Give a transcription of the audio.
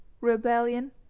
rebellion